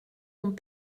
ont